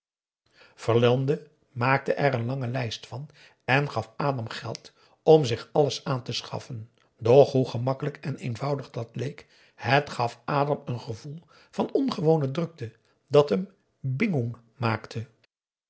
verlande maakte er een lange lijst van en gaf adam geld om zich alles aan te schaffen doch hoe gemakkelijk en eenvoudig dat leek het gaf adam een gevoel van ongewone drukte dat hem bingoeng maakte